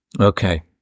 Okay